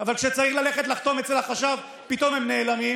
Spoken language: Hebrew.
אבל כשצריך ללכת לחתום אצל החשב, פתאום הם נעלמים.